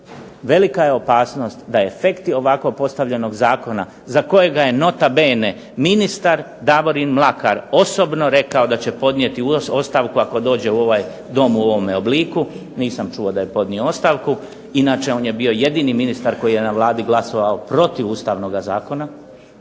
velika je opasnost da efekti ovako postavljeno zakona za kojega je nota bene ministar Davorin Mlakar osobno rekao da će podnijeti ostavku ako dođe u ovaj Dom u ovome obliku. Nisam čuo da je podnio ostavku. Inače on je bio jedini ministar koji je na Vladi glasovao protiv Ustavnog zakona.